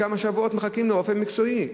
כמה שבועות מחכים לרופא מקצועי.